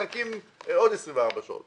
מחכים עוד 24 שעות.